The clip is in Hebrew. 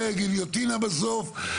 גליוטינה בסוף.